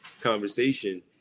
conversation